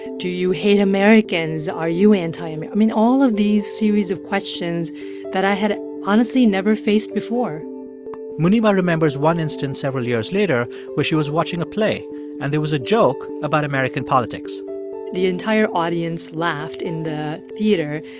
do you hate americans? are you anti i mean, all of these series of questions that i had honestly never faced before muniba remembers one instance several years later where she was watching a play and there was a joke about american politics the entire audience laughed in the theater,